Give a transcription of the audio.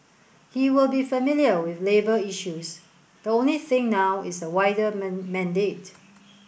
he will be familiar with labour issues the only thing now is the wider man mandate